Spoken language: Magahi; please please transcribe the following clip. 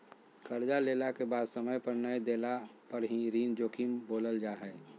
कर्जा लेला के बाद समय पर नय देला पर ही ऋण जोखिम बोलल जा हइ